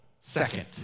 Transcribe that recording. second